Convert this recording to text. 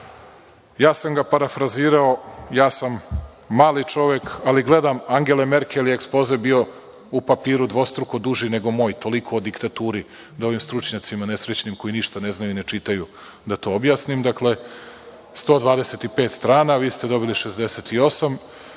sam ga parafrazirao. Ja sam mali čovek, ali gledam. Angele Merkel je ekspoze bio u papiru dvostruko duži, nego moj. Toliko o diktaturi da, da ovim stručnjacima nesrećnim, koji ništa ne znaju i ne čitaju, objasnim. Dakle, 125 strana, a vi ste dobili 68.